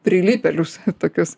prilipėlius tokius